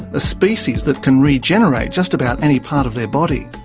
a species that can regenerate just about any part of their body.